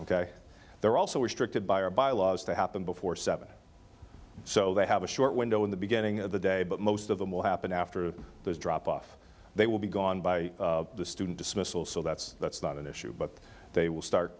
ok they're also restricted by our by laws that happened before seven so they have a short window in the beginning of the day but most of them will happen after those drop off they will be gone by the student dismissal so that's that's not an issue but they will start